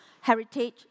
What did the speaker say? heritage